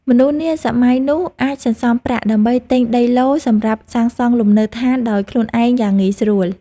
មនុស្សនាសម័យនោះអាចសន្សំប្រាក់ ដើម្បីទិញដីឡូត៍សម្រាប់សាងសង់លំនៅឋានដោយខ្លួនឯងយ៉ាងងាយស្រួល។